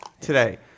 today